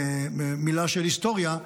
מילה של היסטוריה,